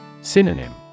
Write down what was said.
Synonym